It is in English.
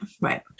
Right